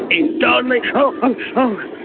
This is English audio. a dud. like oh, oh, oh, oh